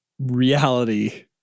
reality